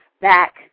back